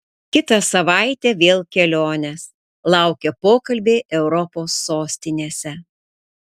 kitą savaitę vėl kelionės laukia pokalbiai europos sostinėse